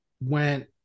went